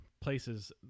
places